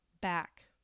back